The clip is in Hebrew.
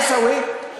עיסאווי,